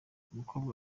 umukobwa